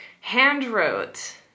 hand-wrote